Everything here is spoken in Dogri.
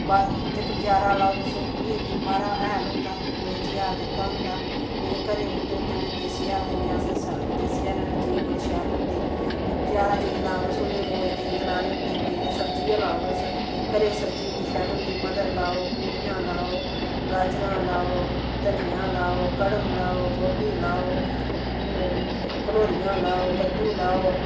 बाद जेह्के बजारां लैओ तुस उ'नें ते बाह्रा हैल होंदा अंग्रेजी हैल दित्ता दा होंदा जेह्के घरै दे बूहटे होंदे उ'नेंगी देसी हैल दिन्ने अस देसी हैलै नै चीज बड़ी शैल होंदी जेह्ड़ी बजारा चीज लैओ तुस उ'नें रोज टीके लाए दे होंदे टीके सब्जी गै लैओ तुस घरै दी सब्जी इन्नी शैल होंदी मटर लाओ मूलियां लाओ गाजरां लाओ धनियां लाओ कड़म लाओ गोभी लाओ कंडोलियां लाओ कद्दूं लाओ